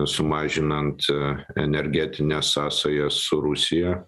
sumažinant energetinę sąsają su rusija